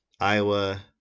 Iowa